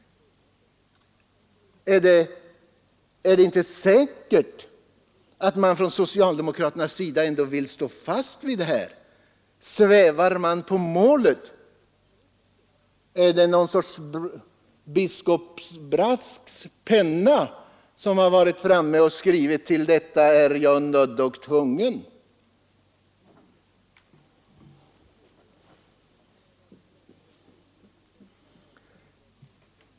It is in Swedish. Kan man inte vara säker på att socialdemokraterna skall stå fast vid förslaget? Svävar man på målet? Är det biskop Brasks penna som har varit framme och skrivit: ”Till detta är jag nödd och tvungen”? Jag vill verkligen inte tro det.